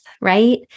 right